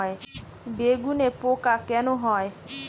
বেগুনে পোকা কেন হয়?